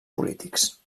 polítics